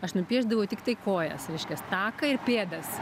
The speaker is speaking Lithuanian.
aš nupiešdavau tiktai kojas reiškias taką ir pėdas